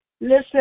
listen